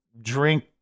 drink